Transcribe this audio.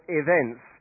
events